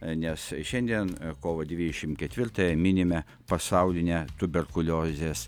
nes šiandien kovo dvidešimt ketvirtąją minime pasaulinę tuberkuliozės